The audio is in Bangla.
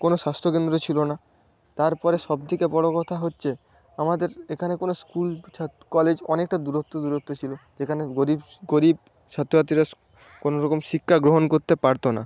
কোনো স্বাস্থ্যকেন্দ্র ছিল না তারপরে সবথেকে বড়ো কথা হচ্ছে আমাদের এখানে কোনো স্কুল কলেজ অনেকটা দূরত্বে দূরত্বে ছিল এখানে গরিব গরিব ছাত্রছাত্রীরা কোনোরকম শিক্ষা গ্রহণ করতে পারত না